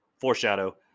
foreshadow